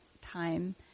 time